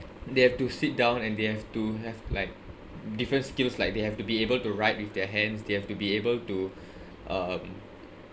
they have to sit down and they have to have like different skills like they have to be able to write with their hands they have to be able to um